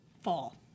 fall